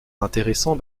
intéressant